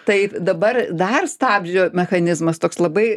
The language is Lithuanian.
tai dabar dar stabdžio mechanizmas toks labai